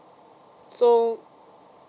so